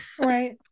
Right